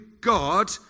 God